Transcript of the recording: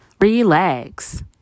relax